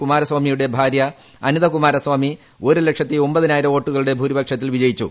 കുമാരസ്വാമിയുടെ ഭാര്യ അനിതകുമാരസ്വാമി ഒരു ലക്ഷത്തി ഒമ്പതിനായിരം വോട്ടുകളുടെ ഭൂരിപക്ഷത്തിൽ വിജയിച്ചു